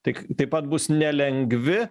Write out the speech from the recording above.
tik taip pat bus nelengvi